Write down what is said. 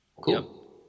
cool